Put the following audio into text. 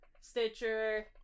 Stitcher